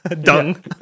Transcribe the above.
Dung